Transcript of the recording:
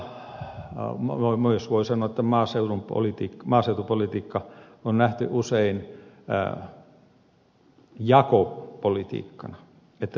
aluepolitiikka ja voi sanoa myös maaseutupolitiikka on nähty usein jakopolitiikkana että jaetaan rahaa